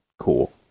Cool